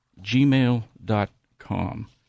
gmail.com